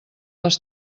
les